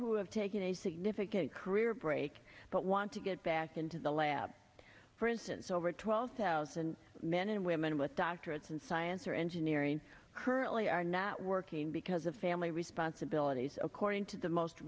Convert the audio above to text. who have taken a significant career break but want to get back into the lab for instance over twelve thousand men and women with doctorates in science or engineering currently are not working because of family responsibilities according to the most